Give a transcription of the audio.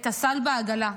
את הסל בעגלה?